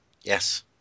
Yes